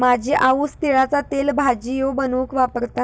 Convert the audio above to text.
माझी आऊस तिळाचा तेल भजियो बनवूक वापरता